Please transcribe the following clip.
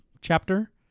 chapter